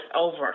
over